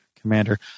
Commander